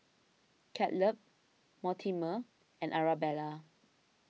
Caleb Mortimer and Arabella